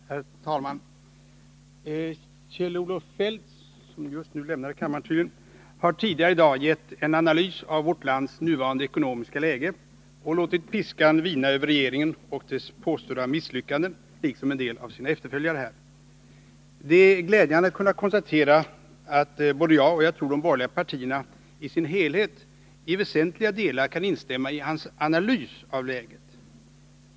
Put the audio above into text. Herr talman! Kjell-Olof Feldt, som just nu lämnar kammaren, har tidigare i dag gett en analys av vårt lands nuvarande ekonomiska läge och låtit piskan vina över regeringen och påstådda misslyckanden, liksom en del av hans efterföljare här har gjort. Det är glädjande att kunna konstatera att både jag, och jag tror de borgerliga partierna i sin helhet, i väsentliga delar kan instämma i hans analys av läget.